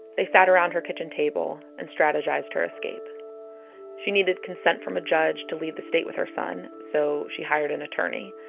they sat around her kitchen table and strategized her escape she needed consent from a judge to leave the state with her son, so she hired an attorney